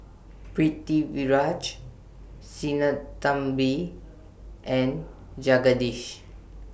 Pritiviraj Sinnathamby and Jagadish